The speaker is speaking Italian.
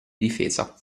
difesa